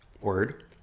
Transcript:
Word